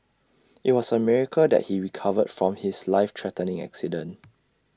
IT was A miracle that he recovered from his life threatening accident